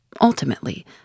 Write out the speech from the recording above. Ultimately